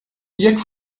jekk